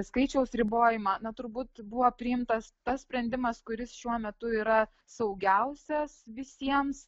skaičiaus ribojimą na turbūt buvo priimtas tas sprendimas kuris šiuo metu yra saugiausias visiems